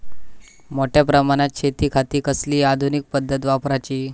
मोठ्या प्रमानात शेतिखाती कसली आधूनिक पद्धत वापराची?